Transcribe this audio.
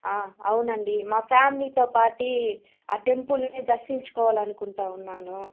అవునండీ మా ఫ్యామిలీతో పాటి టెంపుల్ని దర్శించుకోవాలనుకుంటా ఉన్నాను